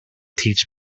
teach